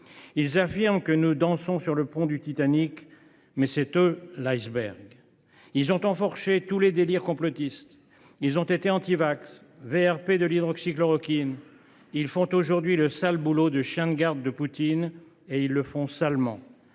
Ils affirment que nous dansons sur le pont du Titanic, mais l’iceberg, c’est eux ! Ils ont enfourché tous les délires complotistes. Ils ont été antivax et VRP de l’hydroxychloroquine ; ils font aujourd’hui le sale boulot de chiens de garde de Poutine, et ils le font salement,